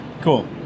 Cool